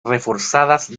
reforzadas